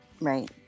right